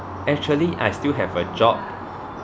actually I still have a job